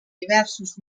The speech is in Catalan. diversos